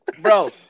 Bro